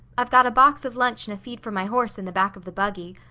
i've got a box of lunch and a feed for my horse in the back of the buggy.